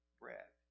bread